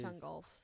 golf